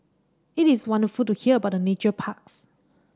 it is wonderful to hear about the nature parks